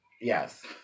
Yes